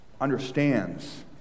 understands